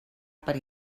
per